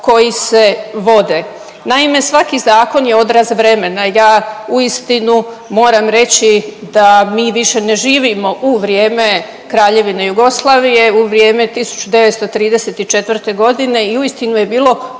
Naime, svaki zakon je odraz vremena. Ja uistinu moram reći da mi više ne živimo u vrijeme Kraljevine Jugoslavije u vrijeme 1934. godine i uistinu je bilo